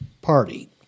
party